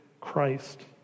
Christ